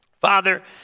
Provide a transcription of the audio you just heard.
Father